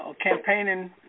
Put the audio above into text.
campaigning